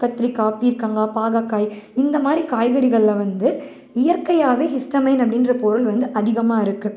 கத்திரிக்காய் பீர்கங்காய் பாகற்காய் இந்தமாதிரி காய்கறிகளில் வந்து இயற்கையாகவே ஹிஸ்டமின் அப்படின்ற பொருள் வந்து அதிகமாகருக்கு